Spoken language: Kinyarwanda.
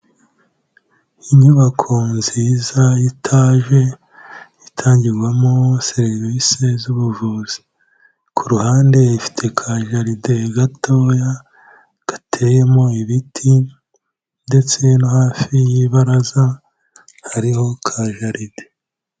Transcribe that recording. Inyubako nziza y'itaje itangirwamo serivisi zubuvuzi, ku ruhande ifite ka jaride gatoya gateyemo ibiti ndetse no hafi y'ibaraza hariho ka jaride.